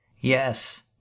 yes